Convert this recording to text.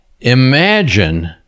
imagine